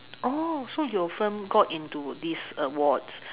oh so your film got into these awards